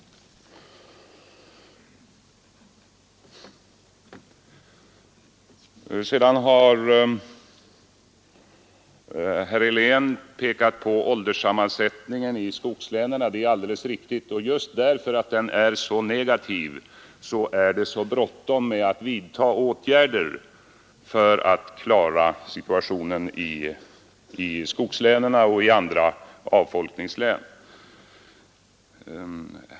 Herr Helén pekade på ålderssammansättningen i skogslänen. Det är alldeles riktigt, och just därför att den är så negativ är det bråttom att vidta åtgärder för att klara situationen i skogslänen och i andra avfolkningslän.